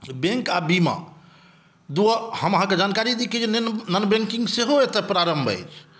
bank आ बीमा दूओ हम अहाँकेॅं जानकारी दी की जे नन बैंकिंग सेहो एतय प्रारम्भ अछि